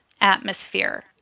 atmosphere